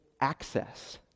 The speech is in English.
access